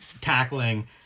tackling